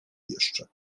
jeszcze